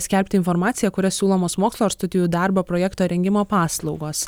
skelbti informaciją kuria siūlomos mokslo ar studijų darbo projekto rengimo paslaugos